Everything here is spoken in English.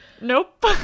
Nope